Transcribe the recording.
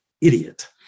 idiot